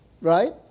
Right